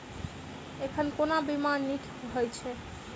एखन कोना बीमा नीक हएत छै?